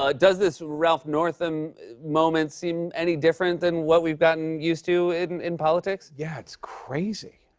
ah does this ralph northam moment seem any different than what we've gotten used to in in politics? yeah, it's crazy.